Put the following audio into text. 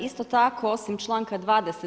Isto tako osim članka 20.